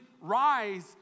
rise